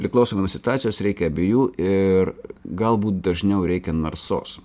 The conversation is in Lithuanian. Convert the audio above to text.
priklausomai nuo situacijos reikia abiejų ir galbūt dažniau reikia narsos